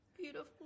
beautiful